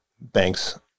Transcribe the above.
bank's